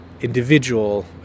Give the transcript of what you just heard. individual